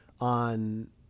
on